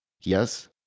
Yes